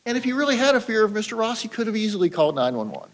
and if you really had a fear of mr ross you could have easily called nine